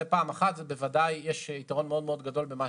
יש בזה יתרון רב.